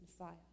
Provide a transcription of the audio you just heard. Messiah